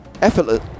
effortless